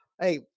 Hey